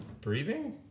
breathing